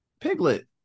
Piglet